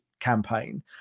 campaign